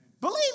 Believe